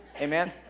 Amen